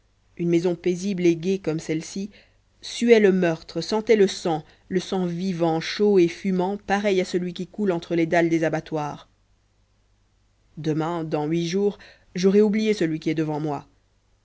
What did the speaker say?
une maison paisible et gaie comme celle-ci suait le meurtre sentait le sang le sang vivant chaud et fumant pareil à celui qui coule entre les dalles des abattoirs demain dans huit jours j'aurai oublié celui qui est devant moi